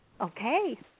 Okay